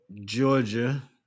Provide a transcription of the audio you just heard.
Georgia